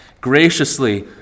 Graciously